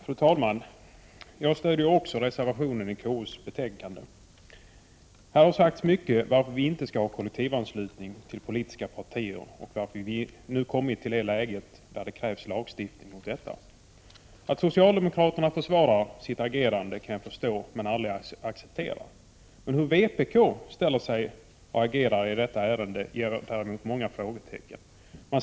Fru talman! Också jag stöder reservationen till konstitutionsutskottets betänkande. Här har sagts mycket om varför vi inte skall ha kollektivanslutning till politiska partier och om varför vi nu har kommit i det läget att det krävs lagstiftning mot detta. Att socialdemokraterna försvarar sitt agerande kan jag förstå, men aldrig acceptera. Men hur vpk ställer sig och hur de agerar i detta ärende ger anledning till många frågetecken.